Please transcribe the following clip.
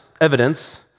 evidence